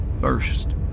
First